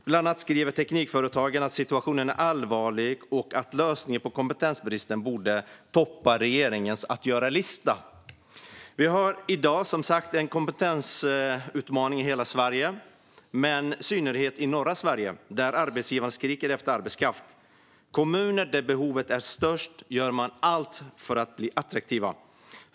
Bland annat skriver Teknikföretagen att situationen är allvarlig och att lösningen på kompetensbristen borde toppa regeringens att göra-lista. Vi har i dag som sagt en kompetensutmaning i hela Sverige - men i synnerhet i norra Sverige, där arbetsgivarna skriker efter arbetskraft. De kommuner där behoven är som störst gör allt för att bli attraktiva.